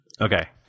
Okay